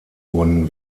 wurden